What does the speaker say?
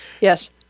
Yes